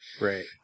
Right